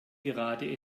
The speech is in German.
gerade